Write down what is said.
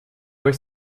were